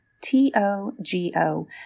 T-O-G-O